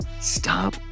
stop